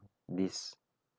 this